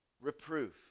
reproof